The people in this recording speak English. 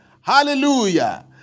Hallelujah